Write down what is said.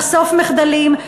לחשוף מחדלים,